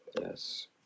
Yes